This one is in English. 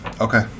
Okay